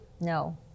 No